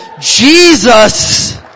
Jesus